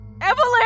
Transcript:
Evelyn